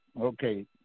okay